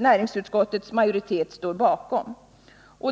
näringsutskottets majoritet står bakom.